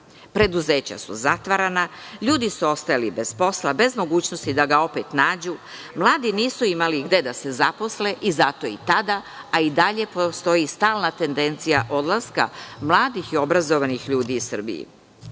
pad. Preduzeća su zatvarana, ljudi su ostajali bez posla, bez mogućnosti da ga opet nađu. Mladi nisu imali gde da se zaposle i zato i tada, a i dalje postoji stalna tendencija odlaska mladih i obrazovanih ljudi iz Srbije. Mere